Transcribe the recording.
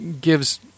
gives